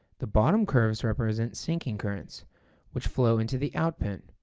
the bottom curves represent sinking currents which flow into the out pin.